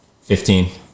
Fifteen